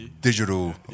digital